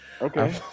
Okay